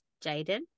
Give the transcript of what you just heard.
Jaden